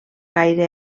gaire